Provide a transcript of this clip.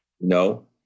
No